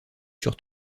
sur